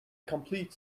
complete